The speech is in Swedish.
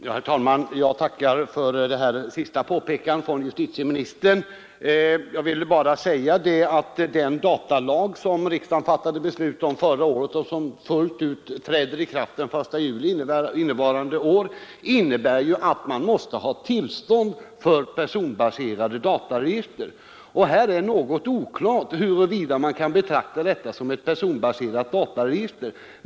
Herr talman! Jag tackar för det här senaste påpekandet från justitieministern. Den datalag som riksdagen fattade beslut om förra året och som fullt ut träder i kraft den 1 juli innevarande år, innebär ju att man måste ha tillstånd för personbaserade dataregister. Det är något oklart huruvida man kan betrakta detta system som ett personbaserat dataregister.